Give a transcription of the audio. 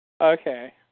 Okay